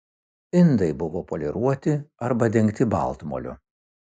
indai buvo poliruoti arba dengti baltmoliu